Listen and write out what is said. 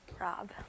Rob